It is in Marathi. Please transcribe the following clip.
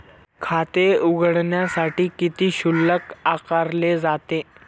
खाते उघडण्यासाठी किती शुल्क आकारले जाते?